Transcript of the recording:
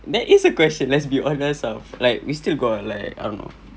that is a question let's be honest ah like we still got like um